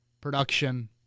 production